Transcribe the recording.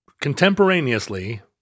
contemporaneously